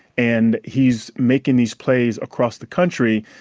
and he's makin' these plays across the country.